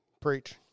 Preach